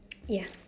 ya